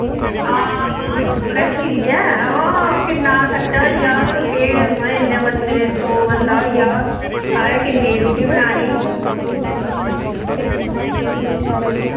हां हां रक्खी दी ऐ वा किन्ना खर्चा होइया केह् इ'न्ने बंदे सौ बंदा होइया सारे किन्नी रुट्टी बनानी